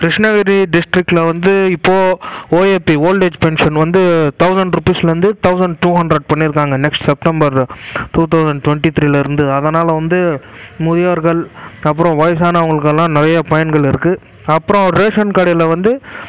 கிருஷ்ணகிரி டிஸ்ட்ரிக்கில் வந்து இப்போது ஓஏபி ஓல்ட் ஏஜ் பென்ஷன் வந்து தௌசண்ட் ருப்பீஸ்லேருந்து தௌசண்ட் டூ ஹண்ட்ரட் பண்ணியிருக்காங்க next September two thousand twenty த்ரீலேருந்து அதனால் வந்து முதியோர்கள் அப்புறம் வயசானவங்களுக்கெல்லாம் நிறையா பயன்கள் இருக்குது அப்புறம் ரேஷன் கடையில் வந்து